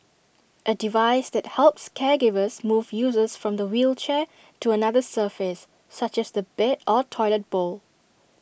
A device that helps caregivers move users from the wheelchair to another surface such as the bed or toilet bowl